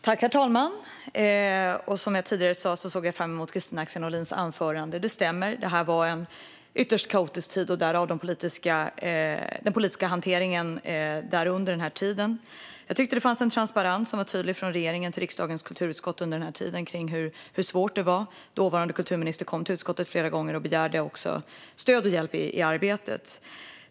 Herr talman! Som jag sa tidigare såg jag fram emot Kristina Axén Olins anförande. Det stämmer att det här var en ytterst kaotisk tid - därav den politiska hanteringen under den. Jag tyckte att det fanns en tydlig transparens från regeringen till riksdagens kulturutskott under den här tiden om hur svårt det var. Dåvarande kulturministern kom till utskottet flera gånger och begärde också stöd och hjälp i arbetet.